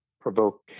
provoke